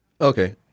Okay